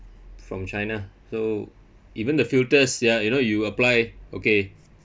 from china so even the filters ya you know you apply okay